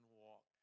walk